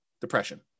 depression